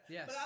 Yes